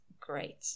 great